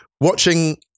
watching